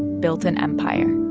built an empire